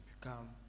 become